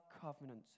covenant